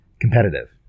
competitive